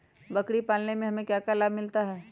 बकरी पालने से हमें क्या लाभ मिलता है?